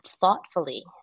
thoughtfully